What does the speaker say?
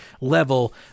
level